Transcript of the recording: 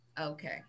okay